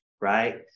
right